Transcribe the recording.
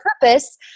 purpose